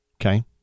Okay